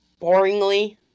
boringly